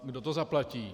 Kdo to zaplatí?